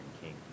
king